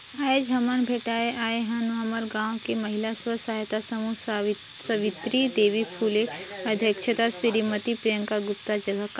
आयज हमन भेटाय आय हन हमर गांव के महिला स्व सहायता समूह सवित्री देवी फूले अध्यक्छता सिरीमती प्रियंका गुप्ता जघा